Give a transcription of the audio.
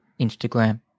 Instagram